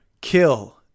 kill